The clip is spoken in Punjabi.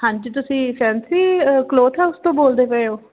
ਹਾਂਜੀ ਤੁਸੀਂ ਫੈਂਸੀ ਕਲੋਥ ਹਾਊਸ ਤੋਂ ਬੋਲਦੇ ਪਏ ਹੋ